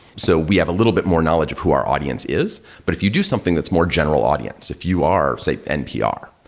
so we have a little bit more knowledge of who our audience is. but if you do something that's more general audience, if you are, say, npr.